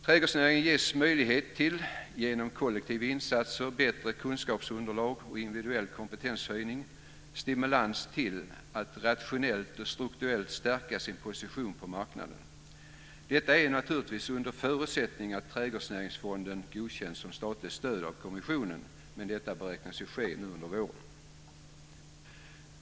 Trädgårdsnäringen ges genom kollektiva insatser, möjlighet till bättre kunskapsunderlag och individuell kompetenshöjning, stimulans till att rationellt och strukturellt stärka sin position på marknaden. Detta gäller naturligtvis under förutsättning att trädgårdsnäringsfonden godkänns som statligt stöd av kommissionen, men detta beräknas ju ske nu under våren.